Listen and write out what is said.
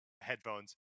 headphones